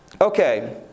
Okay